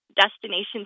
destinations